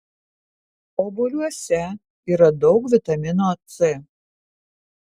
obuoliuose yra daug vitamino c